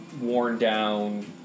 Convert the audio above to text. worn-down